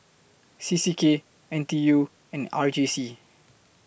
C C K N T U and R J C